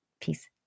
peace